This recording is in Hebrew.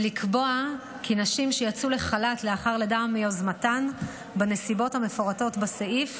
ולקבוע כי נשים שיצאו לחל"ת לאחר לידה מיוזמתן בנסיבות המפורטות בסעיף,